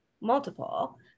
multiple